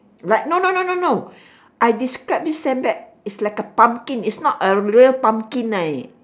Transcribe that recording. right no no no no no I describe this sandbag it's like a pumpkin it's not a real pumpkin eh